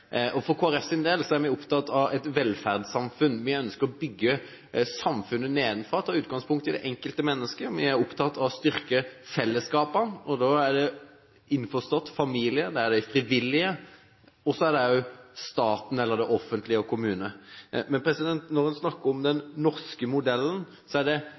er vi opptatt av et velferdssamfunn. Vi ønsker å bygge samfunnet nedenfra og ta utgangspunkt i det enkelte mennesket. Vi er opptatt av å styrke fellesskapene, og da er det innforstått familie, det er de frivillige og det er staten – altså det offentlige og kommunene. Men når en snakker om «den norske modellen», er det helt riktig at trepartssamarbeidet er avgjørende, men det